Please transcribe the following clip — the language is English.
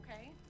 okay